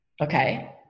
Okay